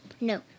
No